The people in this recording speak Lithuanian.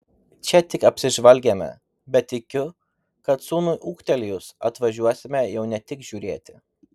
čia tik apsižvalgėme bet tikiu kad sūnui ūgtelėjus atvažiuosime jau ne tik žiūrėti